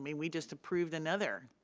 i mean we just approved another,